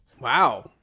Wow